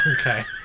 Okay